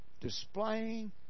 displaying